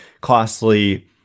costly